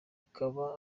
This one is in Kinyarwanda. akaba